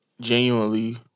genuinely